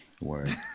word